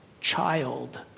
child